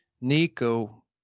Nico